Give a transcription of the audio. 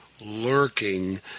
lurking